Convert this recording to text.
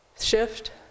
Shift